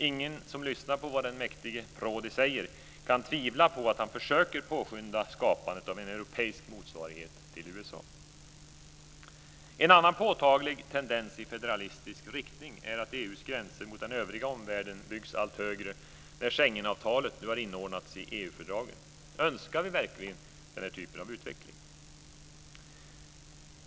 Ingen som lyssnar på vad den mäktige Prodi säger kan tvivla på att han försöker påskynda skapandet av en europeisk motsvarighet till USA. En annan påtaglig tendens i federalistisk riktning är att EU:s gränser mot den övriga omvärlden byggs allt högre när Schengenavtalet nu har inordnats i EU fördragen. Önskar vi verkligen denna typ av utveckling?